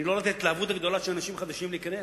שהם רק כתובת להתקפות שרוצים לתקוף,